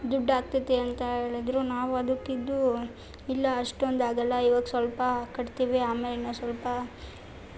ದುಡ್ಡು ಆಗ್ತೈತೆ ಅಂತ ಹೇಳದ್ರು ನಾವು ಅದಕ್ಕೆ ಇದು ಇಲ್ಲ ಅಷ್ಟೊಂದು ಆಗಲ್ಲ ಇವಾಗ ಸ್ವಲ್ಪ ಕಟ್ತೀವಿ ಆಮೇಲೆ ಇನ್ನು ಸ್ವಲ್ಪ